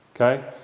Okay